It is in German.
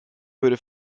würde